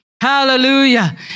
Hallelujah